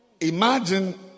Imagine